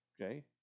Okay